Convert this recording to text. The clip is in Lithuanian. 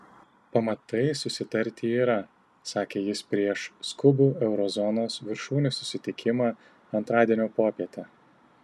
pamatai susitarti yra sakė jis prieš skubų euro zonos viršūnių susitikimą antradienio popietę